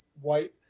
white